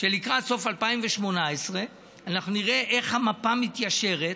שלקראת סוף 2018 נראה איך המפה מתיישרת,